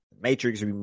Matrix